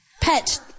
Pet